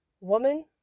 woman